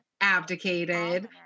abdicated